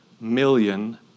million